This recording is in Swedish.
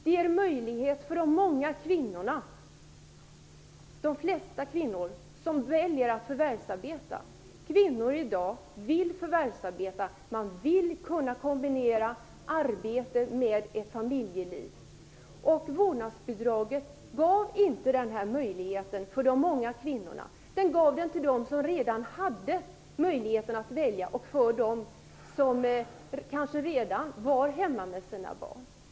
Den ger en möjlighet för de många kvinnorna, de flesta kvinnor som väljer att förvärvsarbeta. Kvinnor av i dag vill förvärvsarbeta. De vill kunna kombinera arbete med ett familjeliv. Vårdnadsbidraget gav inte den möjligheten för de många kvinnorna. Det gavs till de kvinnor som redan kunde välja och som kanske redan var hemma med sina barn.